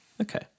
Okay